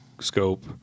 scope